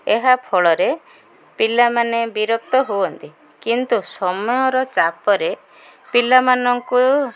ଏହାଫଳରେ ପିଲାମାନେ ବିରକ୍ତ ହୁଅନ୍ତି କିନ୍ତୁ ସମୟର ଚାପରେ ପିଲାମାନଙ୍କୁ